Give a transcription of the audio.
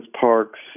parks